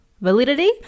validity